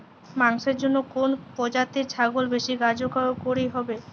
মাংসের জন্য কোন প্রজাতির ছাগল বেশি কার্যকরী হবে?